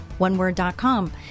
OneWord.com